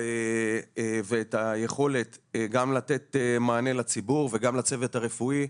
ואת היכולת גם לתת מענה לציבור וגם לצוות הרפואי.